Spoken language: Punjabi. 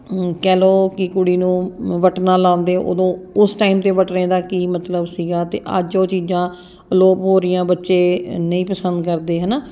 ਕਹਿ ਲਓ ਕਿ ਕੁੜੀ ਨੂੰ ਵਟਣਾ ਲਗਾਉਂਦੇ ਉਦੋਂ ਉਸ ਟਾਈਮ 'ਤੇ ਵਟਨੇ ਦਾ ਕੀ ਮਤਲਬ ਸੀਗਾ ਅਤੇ ਅੱਜ ਉਹ ਚੀਜ਼ਾਂ ਅਲੋਪ ਹੋ ਰਹੀਆਂ ਬੱਚੇ ਨਹੀਂ ਪਸੰਦ ਕਰਦੇ ਹੈ ਨਾ